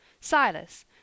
Silas